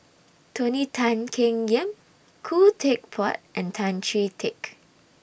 Tony Tan Keng Yam Khoo Teck Puat and Tan Chee Teck